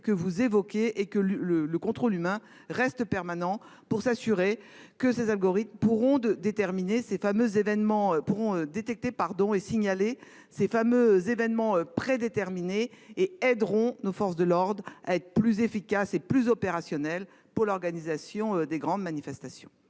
que vous évoquez. Le contrôle humain doit rester permanent pour nous assurer que ces algorithmes pourront détecter et signaler les événements prédéterminés et aideront nos forces de l'ordre à être plus efficaces et plus opérationnelles lors de l'organisation de grandes manifestations.